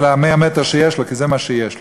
על 100 המטר שיש לו, כי זה מה שיש לו.